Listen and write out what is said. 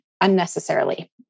unnecessarily